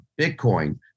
Bitcoin